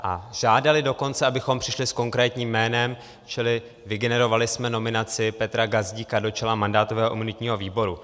A žádali dokonce, abychom přišli s konkrétním jménem, čili vygenerovali jsme nominaci Petra Gazdíka do čela mandátového a imunitního výboru.